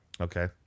okay